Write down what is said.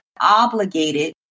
obligated